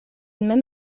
mem